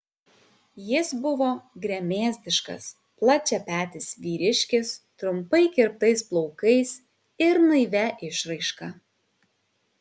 jis buvo gremėzdiškas plačiapetis vyriškis trumpai kirptais plaukais ir naivia išraiška